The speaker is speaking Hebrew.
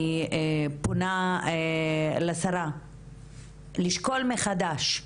אני פונה לשרה לשקול מחדש,